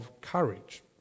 courage